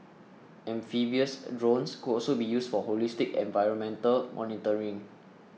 amphibious drones could also be used for holistic environmental monitoring